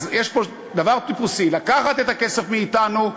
אז יש פה דבר טיפוסי: לקחת את הכסף מאתנו,